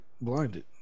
blinded